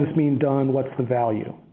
i mean done? what's the value?